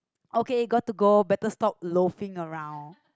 okay got to go better stop loafing around